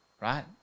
Right